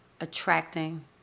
attracting